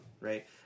right